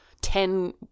ten